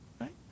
right